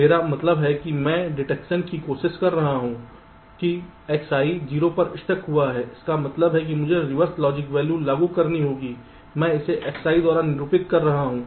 मेरा मतलब है कि मैं डिटेक्शन की कोशिश कर रहा है कि Xi 0 पर स्टक हुआ है इसका मतलब है कि मुझे रिवर्स लॉजिक वैल्यू लागू करनी होगी मैं इसे Xi द्वारा निरूपित कर रहा हूं